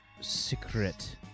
secret